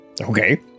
Okay